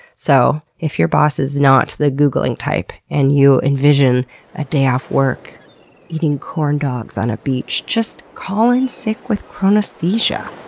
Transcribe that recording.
so, if your boss is not the googling type and you envision a day off work eating corn dogs on a beach, just call in sick with chronesthesia.